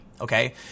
okay